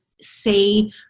say